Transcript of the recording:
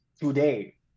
today